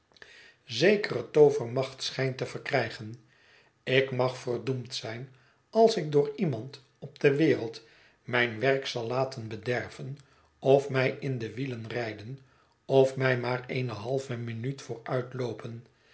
zekere toovermacht schijnt te verkrijgen ik mag verdoemd zijn als ik door iemand op de wereld mijn werk zal laten bederven of mij in de wielen rijden of mij maar eene halve minuut